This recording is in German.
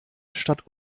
statt